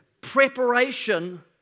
preparation